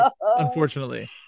unfortunately